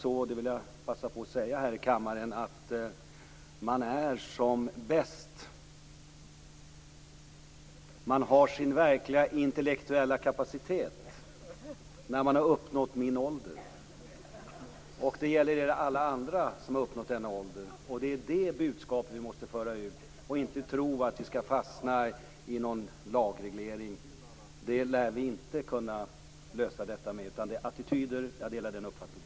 Jag vill passa på att säga här i kammaren att man är som bäst och har sin verkliga intellektuella kapacitet när man har uppnått min ålder, och det gäller er alla andra som har uppnått denna ålder! Det är det budskapet vi måste för ut och inte tro att vi skall fastna i någon lagreglering. Det lär vi inte kunna lösa detta med. Jag delar uppfattningen att det handlar om attityder.